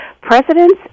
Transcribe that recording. presidents